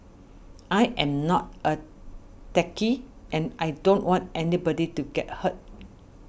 I am not a techie and I don't want anybody to get hurt